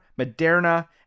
Moderna